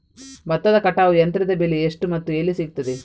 ಭತ್ತದ ಕಟಾವು ಯಂತ್ರದ ಬೆಲೆ ಎಷ್ಟು ಮತ್ತು ಎಲ್ಲಿ ಸಿಗುತ್ತದೆ?